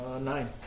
Nine